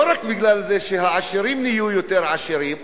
לא רק כי העשירים נהיו יותר עשירים,